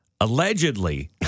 allegedly